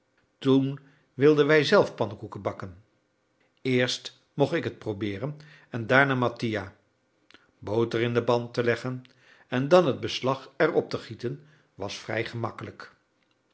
toen wilden wij zelf pannekoeken bakken eerst mocht ik het probeeren en daarna mattia boter in de pan te leggen en dan het beslag erop te gieten was vrij gemakkelijk